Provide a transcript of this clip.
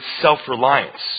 self-reliance